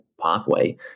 pathway